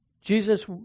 Jesus